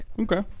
Okay